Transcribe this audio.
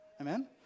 Amen